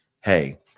hey